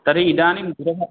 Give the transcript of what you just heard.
तर्हि इदानीं गृह